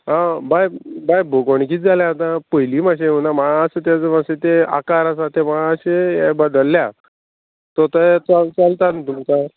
आं बाय बाय भोगणें कित जालें आतां पयलीं मातशें येवना मात्सो तेजो मातशें ते आकार आसा ते मातशे हे बदलल्या सो तेहे चल चलता न्हू तुमकां